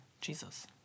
Jesus